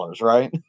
right